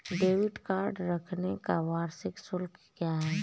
Debit card रखने का वार्षिक शुल्क क्या है?